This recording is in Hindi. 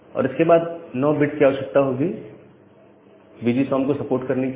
और इसके बाद 9 बिट्स की आवश्यकता होगी B G S O M को सपोर्ट करने के लिए